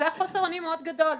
זה היה חוסר אונים מאוד גדול.